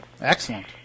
Excellent